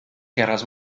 guerras